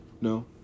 no